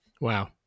Wow